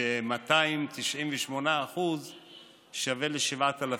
ש-298% שווה ל-7,000.